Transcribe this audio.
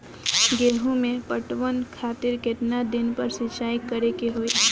गेहूं में पटवन खातिर केतना दिन पर सिंचाई करें के होई?